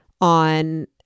on